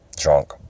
drunk